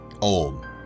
old